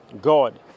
God